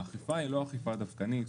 האכיפה היא לא אכיפה דווקנית,